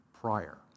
prior